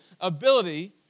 ability